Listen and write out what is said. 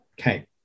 Okay